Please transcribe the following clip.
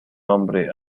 nombre